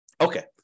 Okay